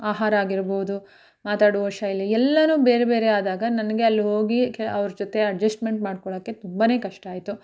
ಆಹಾರ ಆಗಿರ್ಬೋದು ಮಾತಾಡುವ ಶೈಲಿ ಎಲ್ಲವೂ ಬೇರೆ ಬೇರೆ ಆದಾಗ ನನಗೆ ಅಲ್ಲೋಗಿ ಅವ್ರ ಜೊತೆ ಅಡ್ಜೆಸ್ಟ್ಮೆಂಟ್ ಮಾಡ್ಕೊಳ್ಳೋಕ್ಕೆ ತುಂಬನೇ ಕಷ್ಟ ಆಯಿತು